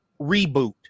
reboot